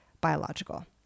biological